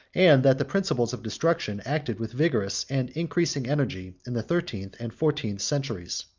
and that the principles of destruction acted with vigorous and increasing energy in the thirteenth and fourteenth centuries.